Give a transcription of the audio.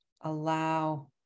allow